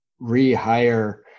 rehire